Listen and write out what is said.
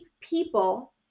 people